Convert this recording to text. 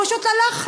פשוט הוא הלך,